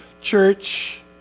Church